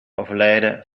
overlijden